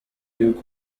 due